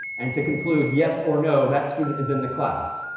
and to conclude yes or no that student is in the class?